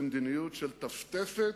מדיניות של טפטפת,